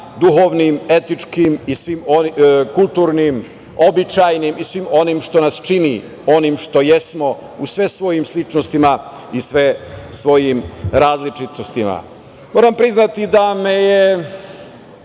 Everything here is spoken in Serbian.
duhovnim, etičkim, kulturnim, običajnim i svim onim što nas čini onim što jesmo, u svim svojim sličnostima i svim svojim različitostima. Moram priznati da me je